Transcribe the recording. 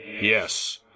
Yes